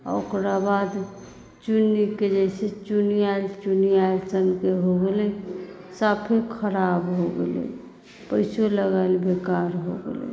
आओर ओकरा बाद चुनिके जे छै चुनियाएल चुनियाएल सनके हो गेलै साफे खराब हो गेलै पैसो लगाएल बेकार हो गेलै